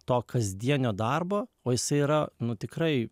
to kasdienio darbo o jis yra nu tikrai